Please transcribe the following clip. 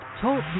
Talk